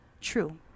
true